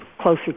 closer